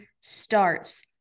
starts